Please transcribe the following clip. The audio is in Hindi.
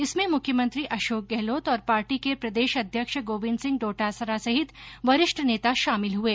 इसमें मुख्यमंत्री अशोक गहलोत और पार्टी के प्रदेशाध्यक्ष गोविन्द सिंह डोटासरा संहित वरिष्ठ नेता शामिल हुये